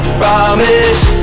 promise